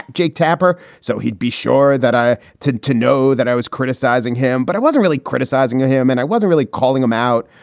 jake tapper. so he'd be sure that i tend to know that i was criticizing him, but i wasn't really criticizing him and i wasn't really calling him out.